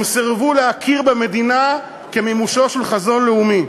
הם סירבו להכיר במדינה כמימושו של חזון לאומי.